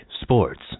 sports